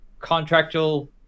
contractual